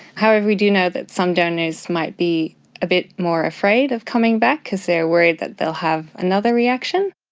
however, we do know that some donors might be a bit more afraid of coming back because they are worried that they will have another reaction.